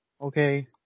Okay